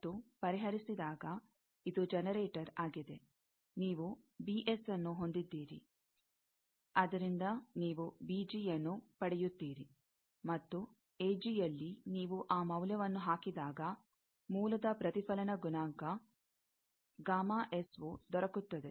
ಮತ್ತು ಪರಿಹರಿಸಿದಾಗ ಇದು ಜನರೇಟರ್ ಆಗಿದೆ ನೀವು ನ್ನು ಹೊಂದಿದ್ದೀರಿ ಅದರಿಂದ ನೀವು ಯನ್ನು ಪಡೆಯುತ್ತೀರಿ ಮತ್ತು ಯಲ್ಲಿ ನೀವು ಆ ಮೌಲ್ಯವನ್ನು ಹಾಕಿದಾಗ ಮೂಲದ ಪ್ರತಿಫಲನ ಗುಣಾಂಕ ವು ದೊರಕುತ್ತದೆ